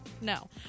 No